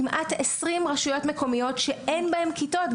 כמעט 20 רשויות מקומיות שאין בהן כיתות.